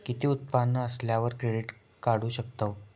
किती उत्पन्न असल्यावर क्रेडीट काढू शकतव?